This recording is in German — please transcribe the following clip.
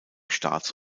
staats